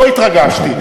לא התרגשתי.